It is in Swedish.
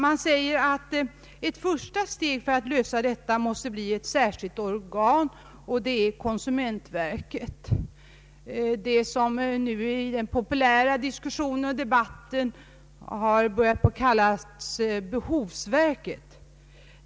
Det sägs att ett första steg för att lösa dessa problem måste bli ett särskilt organ, nämligen konsumentverket, det som nu i den populära diskussionen och debatten har börjat kallas behovsverket.